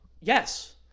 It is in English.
Yes